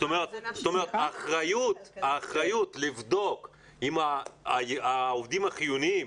האחריות לבדוק אם העובדים החיוניים